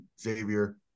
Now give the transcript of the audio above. Xavier